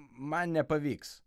man nepavyks